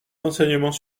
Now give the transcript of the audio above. l’enseignement